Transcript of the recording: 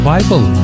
Bible